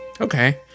Okay